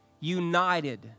united